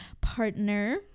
partner